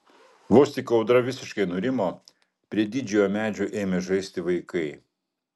vos tik audra visiškai nurimo prie didžiojo medžio ėmė žaisti vaikai